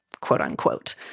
quote-unquote